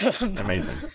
Amazing